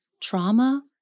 trauma